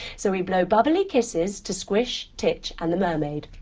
so we blow bubbly kisses to squish, titch and the mermaid.